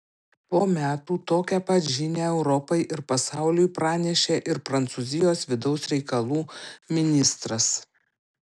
po metų tokią pat žinią europai ir pasauliui pranešė ir prancūzijos vidaus reikalų ministras